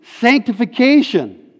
Sanctification